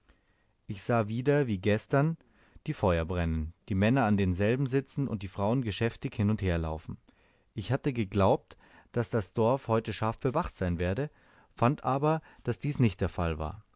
ich sah wieder wie gestern die feuer brennen die männer an denselben sitzen und die frauen geschäftig hin und her laufen ich hatte geglaubt daß das dorf heut scharf bewacht sein werde fand aber daß dies nicht der fall war